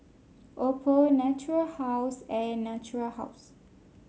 Oppo Natura House and Natura House